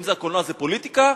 אם הקולנוע זה פוליטיקה,